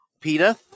Peta